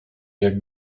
jak